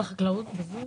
גידו אני